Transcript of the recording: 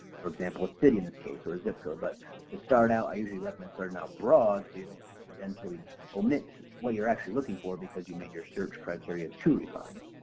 for example a city in this case or a zip code but to start out i usually recommend starting out broad so you don't have to eventually omit what you're actually looking for because you made your search criteria too refined.